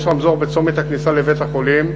יש רמזור בצומת הכניסה לבית-החולים,